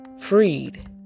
freed